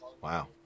Wow